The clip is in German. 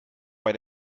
bei